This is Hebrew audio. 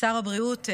שר הבריאות,